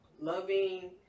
loving